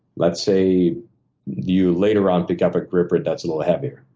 let's say you later on pick up a gripper that's a little heavier.